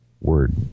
word